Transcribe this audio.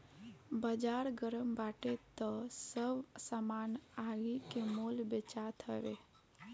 बाजार गरम बाटे तअ सब सामान आगि के मोल बेचात हवे